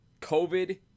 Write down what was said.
COVID